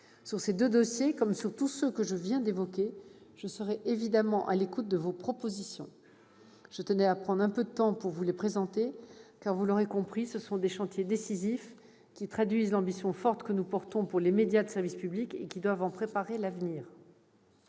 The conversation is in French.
Sur ces deux dossiers, comme sur tous ceux que je viens d'évoquer, je serai évidemment à l'écoute de vos propositions. Je tenais à prendre un peu de temps pour vous présenter ces sujets, car vous l'aurez compris, ce sont des chantiers décisifs, qui traduisent l'ambition forte que nous portons pour les médias de service public et qui doivent préparer leur avenir.